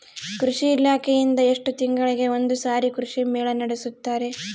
ಕೃಷಿ ಇಲಾಖೆಯಿಂದ ಎಷ್ಟು ತಿಂಗಳಿಗೆ ಒಂದುಸಾರಿ ಕೃಷಿ ಮೇಳ ನಡೆಸುತ್ತಾರೆ?